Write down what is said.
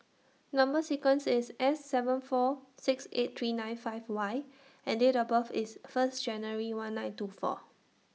Number sequence IS S seven four six eight three nine five Y and Date of birth IS First January one nine two four